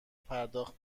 پرداخت